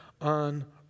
on